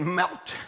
melt